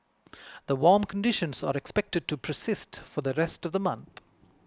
the warm conditions are expected to persist for the rest of the month